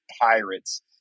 pirates